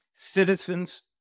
Citizens